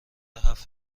هفت